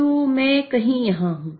तो मैं कहीं यहाँ हूँ